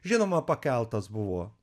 žinoma pakeltas buvo